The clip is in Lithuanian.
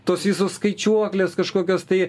tos visos skaičiuoklės kažkokios tai